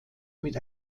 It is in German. mit